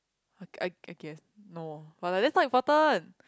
I I I guess no but that's not important